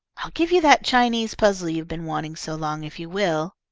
i'll give you that chinese puzzle you've been wanting so long if you will.